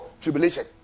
tribulation